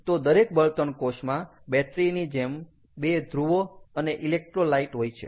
તો દરેક બળતણ કોષમાં બેટરી ની જેમ બે ધ્રુવો અને ઇલેક્ટ્રોલાઇટ હોય છે